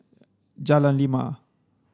Jalan Lima